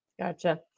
Gotcha